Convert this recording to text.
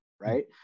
right